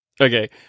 Okay